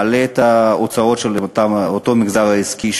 מגדיל את ההוצאות של המגזר העסקי,